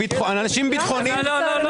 לא, לא.